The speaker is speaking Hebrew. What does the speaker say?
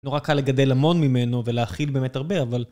נורא קל לגדל המון ממנו ולהאכיל באמת הרבה, אבל...